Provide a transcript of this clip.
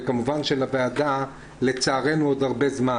וכמובן, של הוועדה, לצערנו, עוד הרבה זמן.